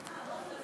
תודה רבה, אדוני.